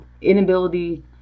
inability